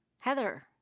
Heather